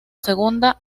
segunda